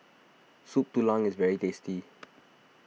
Soup Tulang is very tasty